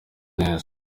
neza